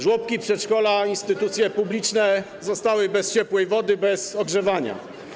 Żłobki, przedszkola, instytucje publiczne zostały bez ciepłej wody, bez ogrzewania.